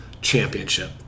Championship